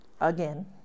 again